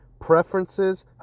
preferences